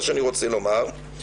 מה שאני רוצה לומר,